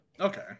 Okay